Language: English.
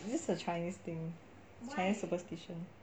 this is a chinese thing chinese superstition